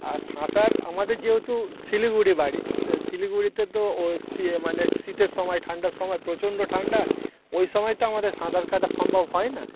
আর সাঁতার আমাদের যেহেতু শিলিগুড়ি বাড়ি শিলিগুড়িতে তো ও মানে শীতের সময় ঠান্ডার সময় প্রচণ্ড ঠান্ডা ওই সময় তো আমাদের সাঁতার কাটা সম্ভব হয় না